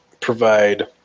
provide